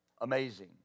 amazing